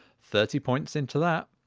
thirty points into that.